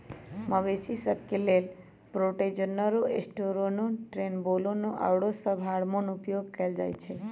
मवेशिय सभ के लेल प्रोजेस्टेरोन, टेस्टोस्टेरोन, ट्रेनबोलोन आउरो सभ हार्मोन उपयोग कयल जाइ छइ